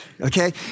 okay